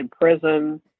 prison